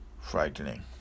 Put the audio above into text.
frightening